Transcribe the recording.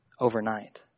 overnight